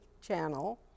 Channel